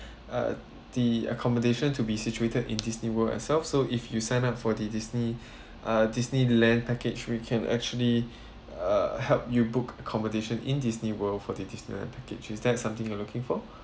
uh the accommodation to be situated in this Disneyworld as well so if you sign up for the disney uh Disneyland package we can actually uh help you book accommodation in Disneyworld for the Disneyland package is that something you're looking for